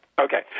Okay